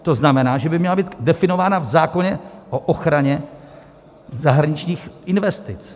To znamená, že by měla být definována v zákoně o ochraně zahraničních investic.